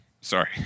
Sorry